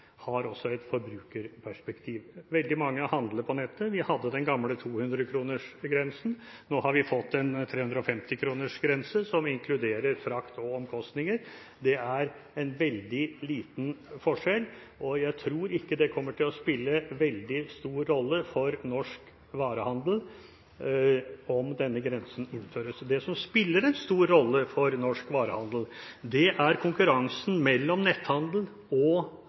dette også har et forbrukerperspektiv. Veldig mange handler på nett. Vi hadde den gamle 200-kronergrensen. Nå har vi fått en 350-kronersgrense, som inkluderer frakt og omkostninger. Det er en veldig liten forskjell, og jeg tror ikke det kommer til å spille veldig stor rolle for norsk varehandel om denne grensen innføres. Det som spiller en stor rolle for norsk varehandel, er konkurransen mellom netthandel og